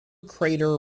crater